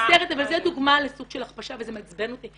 מה --- אני מצטערת אבל זו דוגמה לסוג של הכפשה וזה מעצבן אותי.